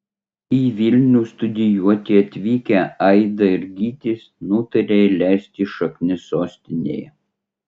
į vilnių studijuoti atvykę aida ir gytis nutarė įleisti šaknis sostinėje